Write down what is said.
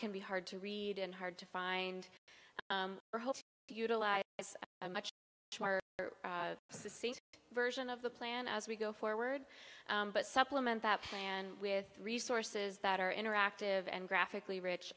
can be hard to read and hard to find the utilize is a much safer version of the plan as we go forward but supplement that plan with resources that are interactive and graphically rich